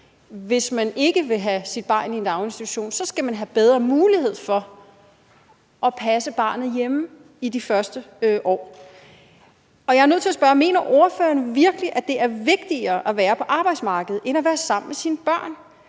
Hvis man ikke vil havde sit barn i en daginstitution, skal man have bedre mulighed for at passe barnet hjemme i de første år. Jeg er nødt til at spørge: Mener ordføreren virkelig, at det er vigtigere at være på arbejdsmarkedet end at være sammen med sine børn